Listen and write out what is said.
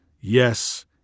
Yes